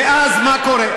ואז, מה קורה?